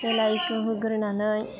बेलाहिखौ होग्रोनानै